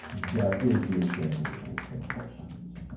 is he ashamed of his compulsions?